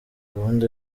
gahunda